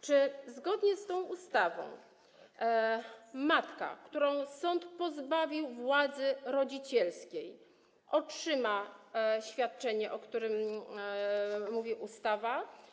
Czy zgodnie z tą ustawą matka, którą sąd pozbawił władzy rodzicielskiej, otrzyma świadczenie, o którym mówi ustawa?